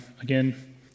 again